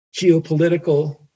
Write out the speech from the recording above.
geopolitical